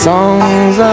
Songs